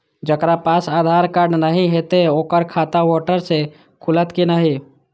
जकरा पास आधार कार्ड नहीं हेते ओकर खाता वोटर कार्ड से खुलत कि नहीं?